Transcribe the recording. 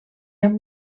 amb